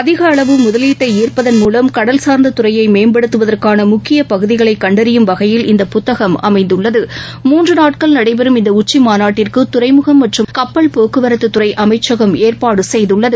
அதிகஅளவு முதலீட்டைசா்ப்பதன் ழுலம் கடல்சார்ந்ததுறையைமேம்படுத்துவதற்கானமுக்கியபகுதிகளைகண்டறியும் வகையில் இந்த புத்தகம் அமைந்துள்ளது மூன்றநாட்கள் நடைபெறவுள்ள இந்தஉச்சிமாநாட்டுக்குதுறைமுகம் மற்றும் கப்பல் போக்குவரத்துதுறைஅமைச்சகம் ஏற்பாடுசெய்துள்ளது